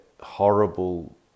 horrible